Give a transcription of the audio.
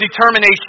determination